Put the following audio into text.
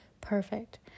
perfect